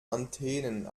antennen